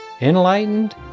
enlightened